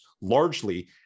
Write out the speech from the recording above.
largely